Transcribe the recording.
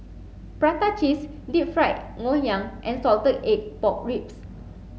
prata cheese deep fried Ngoh Hiang and salted egg pork ribs